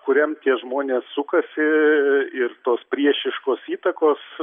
kuriam tie žmonės sukasi ir tos priešiškos įtakos